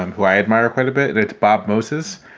who i admire quite a bit and it's bob moses,